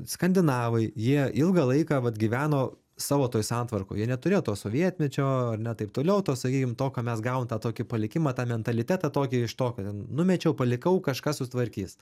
skandinavai jie ilgą laiką vat gyveno savo toj santvarkoj jie neturėjo to sovietmečio ar ne taip toliau to sakykim to ką mes gaunam tą tokį palikimą tą mentalitetą tokį iš to kad ten numečiau palikau kažkas sutvarkys